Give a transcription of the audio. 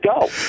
go